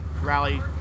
rally